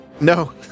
No